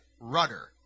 rudder